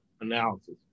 analysis